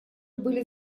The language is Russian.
были